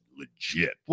legit